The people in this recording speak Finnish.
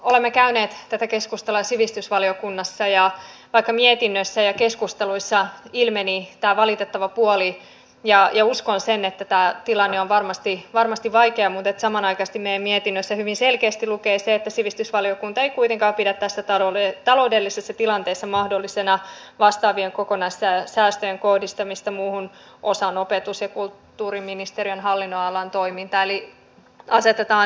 olemme käyneet tätä keskustelua sivistysvaliokunnassa ja vaikka mietinnössä ja keskusteluissa ilmeni tämä valitettava puoli ja uskon sen että tämä tilanne on varmasti vaikea niin samanaikaisesti meidän mietinnössämme hyvin selkeästi lukee se että sivistysvaliokunta ei kuitenkaan pidä tässä taloudellisessa tilanteessa mahdollisena vastaavien kokonaissäästöjen kohdistamista muuhun osaan opetus ja kulttuuriministeriön hallinnonalan toimintaa eli muut säästöt ja sitten tämä säästökohde asetetaan vastakkain